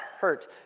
hurt